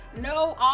no